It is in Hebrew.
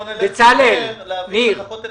בואו נלך לגבות את